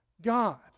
God